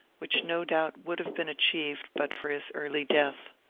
which no doubt would have been achieved but for his early death.